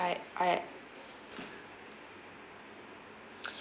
I I